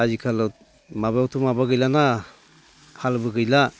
आथिखालाव माबायावथ' माबा गैलाना हालबो गैला